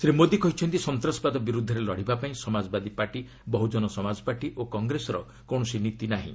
ଶ୍ରୀ ମୋଦି କହିଛନ୍ତି ସନ୍ତାସବାଦ ବିରୁଦ୍ଧରେ ଲଢ଼ିବା ପାଇଁ ସମାଜବାଦୀ ପାର୍ଟି ବହୁଜନ ସମାଜପାର୍ଟି ଓ କଂଗ୍ରେସର କୌଣସି ନୀତି ନାହିଁ